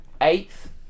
eighth